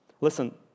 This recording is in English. Listen